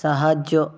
ସାହାଯ୍ୟ